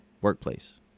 workplace